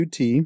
UT